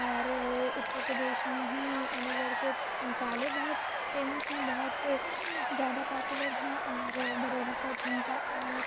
اور اُترپردیش میں ہی علی گڑھ کے تالے بہت فیمس ہیں بہت زیادہ پاپولر ہیں اور بریلی کا جُھمکا اور